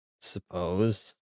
suppose